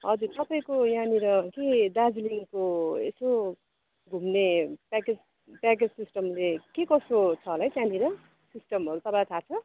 हजुर तपाईको यहाँनिर के दार्जिलिङको यसो घुम्ने प्याकेज प्याकेज सिस्टमले के कसो छ होला हौ त्यहाँनिर सिस्टमहरू तपाईँलाई थाहा छ